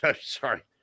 sorry